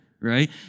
right